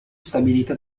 stabilita